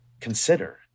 consider